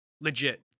legit